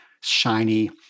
shiny